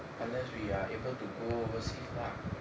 unless we are able to go overseas lah